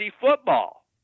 football